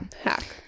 hack